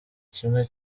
kimwe